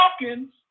Falcons